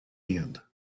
end